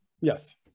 Yes